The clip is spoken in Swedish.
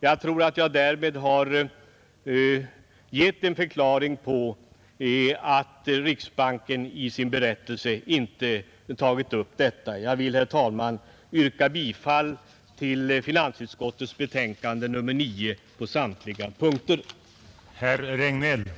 Jag tror att jag därmed givit en förklaring till att riksbanken i sin berättelse inte tagit upp detta. Jag vill, herr talman, yrka bifall till utskottets hemställan på samtliga punkter i finansutskottets betänkande nr 9.